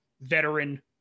veteran